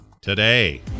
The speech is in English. today